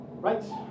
Right